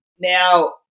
Now